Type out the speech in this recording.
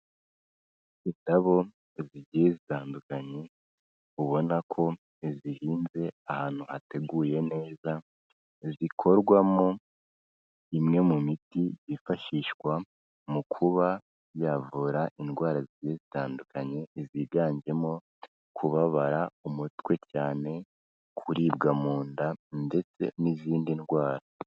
Indabo zigiye zitandukanye ubona ko zihinze ahantu hateguye neza, zikorwamo imwe mu miti yifashishwa mu kuba yavura indwara zigiye zitandukanye, ziganjemo kubabara umutwe cyane, kuribwa mu nda ndetse n'izindi ndwara.